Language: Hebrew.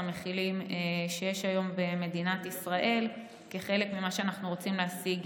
המכילים שיש היום במדינת ישראל כחלק ממה שאנחנו רוצים להשיג